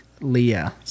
Leah